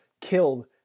killed